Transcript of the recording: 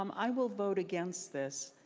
um i will vote against this.